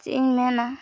ᱪᱮᱫᱼᱤᱧ ᱢᱮᱱᱟ